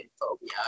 phobia